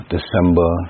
December